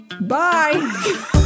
Bye